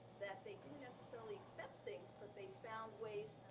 that they didn't necessarily accept things, but they found ways